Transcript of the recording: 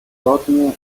zgodnie